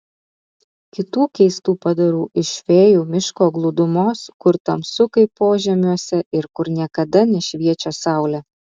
kitų keistų padarų iš fėjų miško glūdumos kur tamsu kaip požemiuose ir kur niekada nešviečia saulė